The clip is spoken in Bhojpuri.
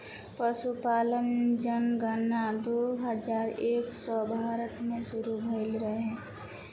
पसुपालन जनगणना दू हजार एक से भारत मे सुरु भइल बावे